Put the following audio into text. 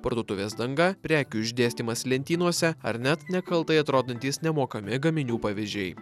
parduotuvės danga prekių išdėstymas lentynose ar net nekaltai atrodantys nemokami gaminių pavyzdžiai